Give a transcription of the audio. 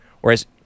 whereas